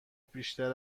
بیشتر